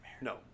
No